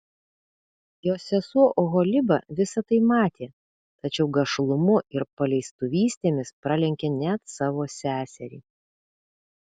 jos sesuo oholiba visa tai matė tačiau gašlumu ir paleistuvystėmis pralenkė net savo seserį